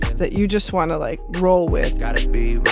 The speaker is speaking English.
that you just want to, like, roll with got to be